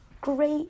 great